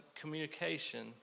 communication